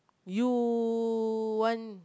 you want